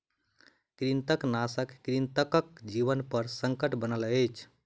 कृंतकनाशक कृंतकक जीवनपर संकट बनल अछि